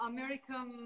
American